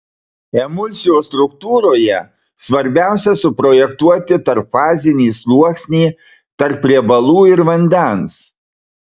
emulsijos struktūroje svarbiausia suprojektuoti tarpfazinį sluoksnį tarp riebalų ir vandens